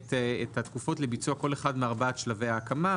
את התקופות לביצוע כל אחד מארבעת שלבי ההקמה.